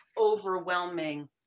overwhelming